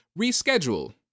reschedule